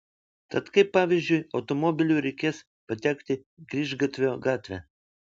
tad kaip pavyzdžiui automobiliu reikės patekti į grįžgatvio gatvę